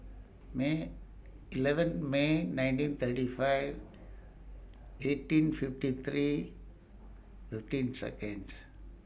May eleven May nineteen thirty five eighteen fifty three fifteen Seconds